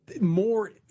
more